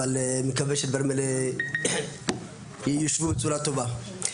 אבל נקווה שהדברים האלה ייושבו בצורה טובה.